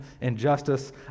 injustice